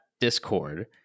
discord